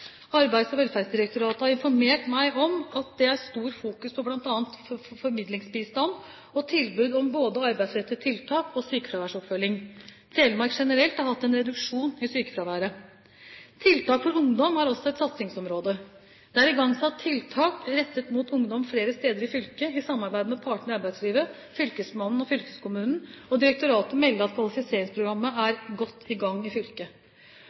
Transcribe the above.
Arbeids- og velferdsdirektoratet har informert meg om at det er stort fokus på bl.a. formidlingsbistand og tilbud om både arbeidsrettede tiltak og sykefraværsoppfølging. Telemark generelt har hatt en reduksjon i sykefraværet. Tiltak for ungdom er også et satsingsområde. Det er igangsatt tiltak rettet mot ungdom flere steder i fylket i samarbeid med partene i arbeidslivet, fylkesmannen og fylkeskommunen, og direktoratet melder at kvalifiseringsprogrammet er godt i gang i fylket.